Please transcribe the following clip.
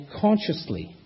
consciously